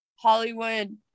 Hollywood